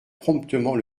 promptement